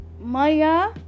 Maya